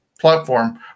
platform